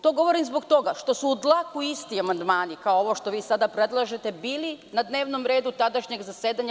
To govorim zbog toga što su u dlaku isti amandmani, kao ovo što vi sada predlažete, bili na dnevnom redu tadašnjeg zasedanja.